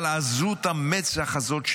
אבל עזות המצח הזאת,